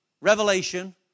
revelation